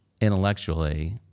intellectually